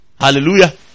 Hallelujah